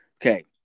Okay